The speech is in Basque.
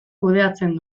kudeatzen